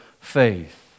faith